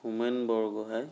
Homen Borgohain